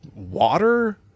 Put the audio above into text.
Water